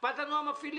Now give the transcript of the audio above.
אכפת לנו מהמפעילים.